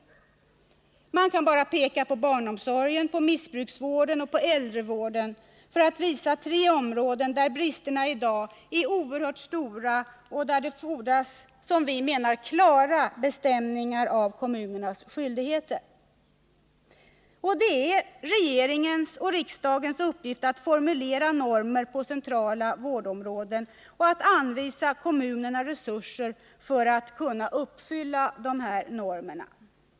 Man kan bara peka på barnomsorgen, missbruksvården och äldrevården för att visa tre områden där bristerna i dag är oerhört stora och där det enligt vår mening fordras klara bestämningar av kommunernas skyldigheter. Det är regeringens och riksdagens uppgift att formulera normer på centrala vårdområden och att anvisa kommunerna resurser så att de kan uppfylla dessa normer.